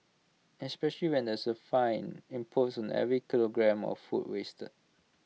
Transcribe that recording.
especially when there's A fine imposed on every kilogramme of food wasted